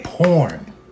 Porn